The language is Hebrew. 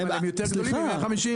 אבל הם יותר גדולים מ-150.